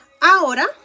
Ahora